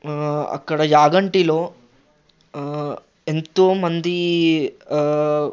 అక్కడ యాగంటిలో ఎంతో మంది